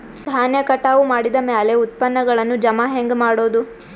ಧಾನ್ಯ ಕಟಾವು ಮಾಡಿದ ಮ್ಯಾಲೆ ಉತ್ಪನ್ನಗಳನ್ನು ಜಮಾ ಹೆಂಗ ಮಾಡೋದು?